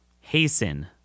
hasten